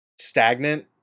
stagnant